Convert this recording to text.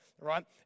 right